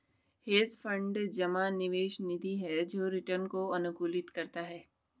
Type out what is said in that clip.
hedge fund जमा निवेश निधि है जो रिटर्न को अनुकूलित करता है